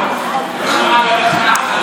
אחד ועוד אחד,